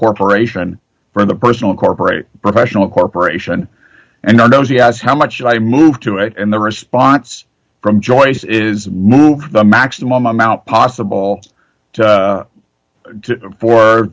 corporation from the personal incorporate professional corporation and i don't see as how much i moved to it and the response from joyce is the maximum amount possible